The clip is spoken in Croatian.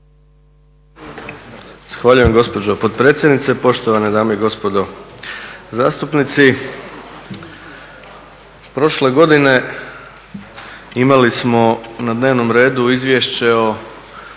Zahvaljujem gospođo potpredsjednice, poštovane dame i gospodo zastupnici. Prošle godine imali smo na dnevnom redu Izvješće o